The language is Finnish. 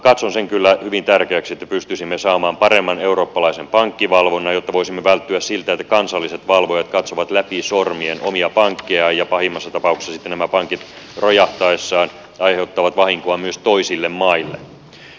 katson sen kyllä hyvin tärkeäksi että pystyisimme saamaan paremman eurooppalaisen pankkivalvonnan jotta voisimme välttyä siltä että kansalliset valvojat katsovat läpi sormien omia pankkejaan ja pahimmassa tapauksessa sitten nämä pankit rojahtaessaan aiheuttavat vahinkoa myös toisille maille